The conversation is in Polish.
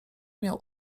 miał